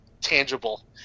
tangible